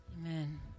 Amen